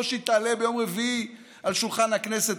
שהיא תעלה ביום רביעי על שולחן הכנסת.